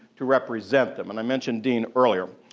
to represent them. and i mentioned dean earlier.